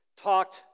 talked